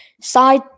Side